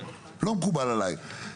לא מקובל עליי.